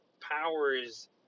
powers